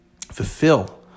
fulfill